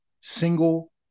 single